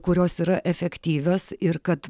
kurios yra efektyvios ir kad